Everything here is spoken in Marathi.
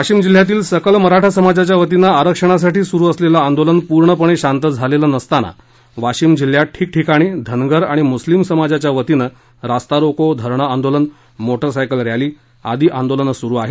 वाशिम जिल्ह्यातील सकल मराठा समाजाच्या वतीनं आरक्षणासाठी सुरु असलेलं आंदोलन पूर्णपणे शांत झालेलं नसताना वाशिम जिल्ह्यात ठिकठिकाणी धनगर आणि मुस्लिम समाजाच्या वतीनं रास्ता रोको धरण आंदोलन मोटारसायकल रॅली आदी आंदोलनं सुरु आहेत